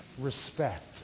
respect